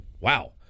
Wow